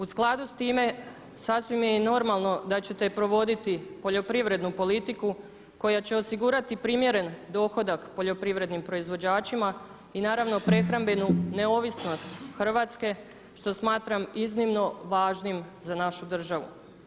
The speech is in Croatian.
U skladu s time sasvim je normalno da ćete provoditi poljoprivrednu politiku koja će osigurati primjeren dohodak poljoprivrednim proizvođačima i naravno prehrambenu neovisnost Hrvatske što smatram iznimno važnim za našu državu.